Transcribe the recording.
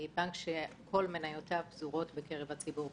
בנק שכל מניותיו פזורות בקרב הציבור בישראל.